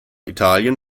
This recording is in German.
italien